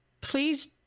Please